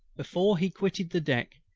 before he quitted the deck,